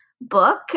book